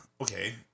okay